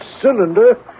cylinder